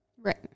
right